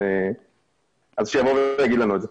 אז שיבוא ויגיד לנו את זה.